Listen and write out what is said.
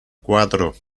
cuatro